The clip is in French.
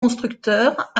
constructeurs